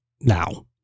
now